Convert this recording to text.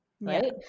right